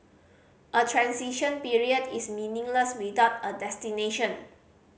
a transition period is meaningless without a destination